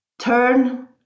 turn